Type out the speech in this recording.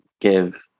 give